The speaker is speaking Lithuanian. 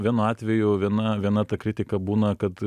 vienu atveju viena viena ta kritika būna kad